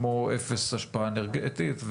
כמו אפס השפעה אנרגטית,